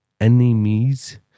enemies